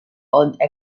old